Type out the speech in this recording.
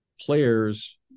players